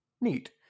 neat